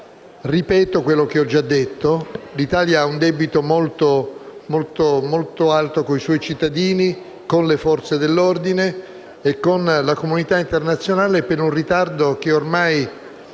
Ripeto quanto detto. L'Italia ha un debito molto alto con i suoi cittadini, con le Forze dell'ordine e con la comunità internazionale per un ritardo che ormai